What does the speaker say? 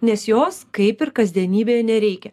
nes jos kaip ir kasdienybėje nereikia